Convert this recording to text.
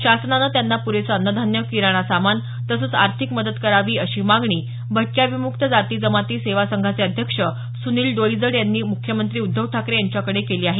शासनानं त्यांना पुरेसं अन्यधान्य किराणा सामान तसंच आर्थिक मदत करावी अशी मागणी भटक्या विमुक्त जाती जमाती सेवा संघाचे अध्यक्ष सुनिल डोईजड यांनी मुख्यमंत्री उद्धव ठाकरे यांच्याकडे केली आहे